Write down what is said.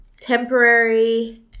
Temporary